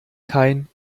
kein